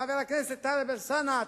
חבר הכנסת טלב אלסאנע,